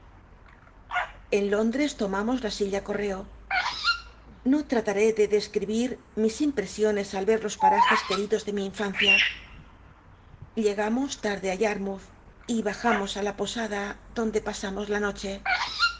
n lóndrcs tomamos la silla coijco no lmt ué de de cribir mis impaesiones al ver los parajes queridos de mi infancia llegamos tarde á yaamo uth y bajamos ri la posada donde pasamos la noche